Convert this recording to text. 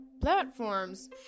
platforms